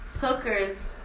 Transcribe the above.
hookers